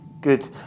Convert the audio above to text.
Good